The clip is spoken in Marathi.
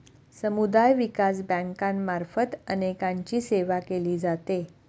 समुदाय विकास बँकांमार्फत अनेकांची सेवा केली जाते